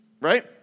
right